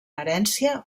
herència